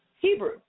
Hebrew